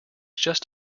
just